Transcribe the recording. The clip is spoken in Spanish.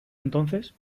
entonces